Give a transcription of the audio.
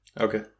okay